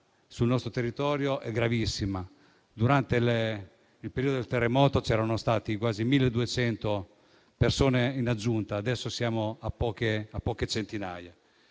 sul nostro territorio è gravissima. Durante il periodo del terremoto c'erano state quasi 1.200 persone in aggiunta, e adesso siamo a poche centinaia.